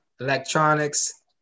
electronics